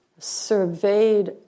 surveyed